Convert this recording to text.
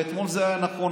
ואתמול זה נכון,